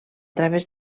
través